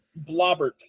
Blobbert